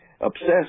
obsessed